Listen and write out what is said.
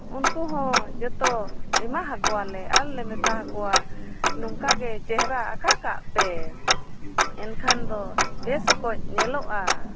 ᱩᱱᱠᱩ ᱦᱚᱸ ᱡᱚᱛᱚ ᱮᱢᱟ ᱠᱚᱣᱟᱞᱮ ᱟᱨᱞᱮ ᱢᱮᱛᱟ ᱟᱠᱚᱣᱟ ᱱᱚᱝᱠᱟᱜᱮ ᱪᱮᱦᱨᱟ ᱟᱠᱟ ᱠᱟᱜ ᱯᱮ ᱮᱱᱠᱷᱟᱱ ᱫᱚ ᱵᱮᱥ ᱚᱠᱚᱡ ᱧᱮᱞᱚᱜᱼᱟ